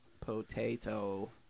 Potato